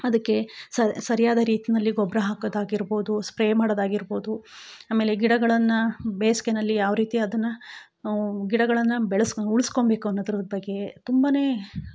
ಅದಕ್ಕೆ ಸ ಸರಿಯಾದ ರೀತಿನಲ್ಲಿ ಗೊಬ್ಬರ ಹಾಕೊದಾಗಿರ್ಬೋದು ಸ್ಪ್ರೇ ಮಾಡೋದಾಗಿರ್ಬೋದು ಆಮೇಲೆ ಗಿಡಗಳನ್ನ ಬೇಸಿಗೆನಲ್ಲಿ ಯಾವರೀತಿ ಅದನ್ನು ಗಿಡಗಳನ್ನು ಬೆಳೆಸ್ಕೋ ಉಳಿಸ್ಕೊಂಬೇಕು ಅನ್ನೋದ್ರ ಬಗ್ಗೆ ತುಂಬ